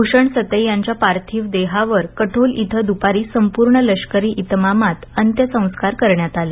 भूषण सतई यांच्या पार्थिव देहावर कटोल इथं दुपारी संपूर्ण लष्करी इतमामात अंत्यसंस्कार करण्यात आले